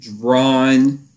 drawn